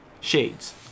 Shades